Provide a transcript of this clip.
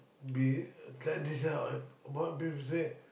be it uh like this ah what people said